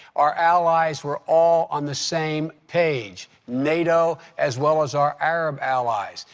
our allies were all on the same page, nato as well as our arab allies,